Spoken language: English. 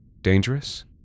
dangerous